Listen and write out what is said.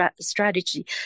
strategy